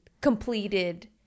completed